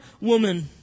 woman